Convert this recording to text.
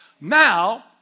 Now